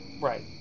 Right